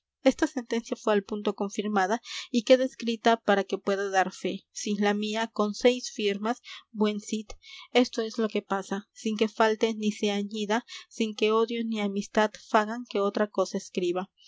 esta sentencia fué al punto confirmada y queda escrita para que pueda dar fe sin la mía con seis firmas buen cid esto es lo que pasa sin que falte ni se añida sin que odio ni amistad fagan que otra cosa escriba